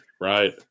right